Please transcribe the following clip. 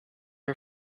her